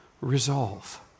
resolve